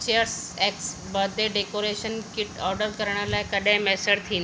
cheers X birthday decoration kit ऑर्डरु करणु लाइ कॾहिं मयसरु थींदी